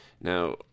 Now